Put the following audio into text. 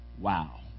Wow